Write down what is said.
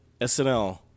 SNL